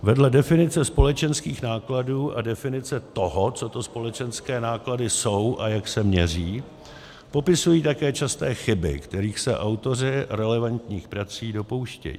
Vedle definice společenských nákladů a definice toho, co to společenské náklady jsou a jak se měří, popisují také časté chyby, kterých se autoři relevantních prací dopouštějí.